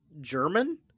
German